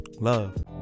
Love